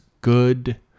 good